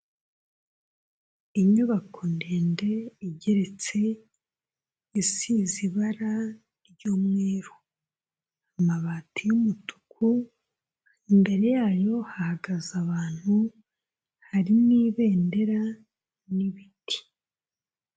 Inyubako ndende igeretse, isize ibara ry'umweru. Amabati y'umutuku, imbere yayo hahagaze abantu, hari n'ibendera, n'ibiti.